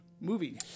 movie